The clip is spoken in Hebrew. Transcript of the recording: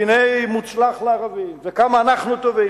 והנה מוצלח לערבים וכמה אנחנו טובים,